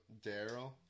Daryl